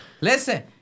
listen